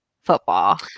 football